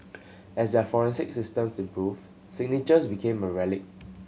as their forensic systems improved signatures became a relic